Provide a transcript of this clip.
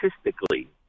statistically